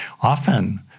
Often